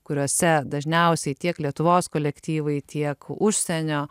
kuriuose dažniausiai tiek lietuvos kolektyvai tiek užsienio